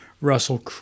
Russell